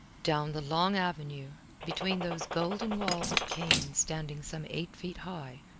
down the long avenue between those golden walls of cane standing some eight feet high,